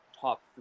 top